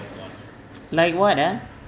like what ah